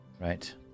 Right